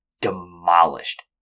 demolished